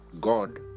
God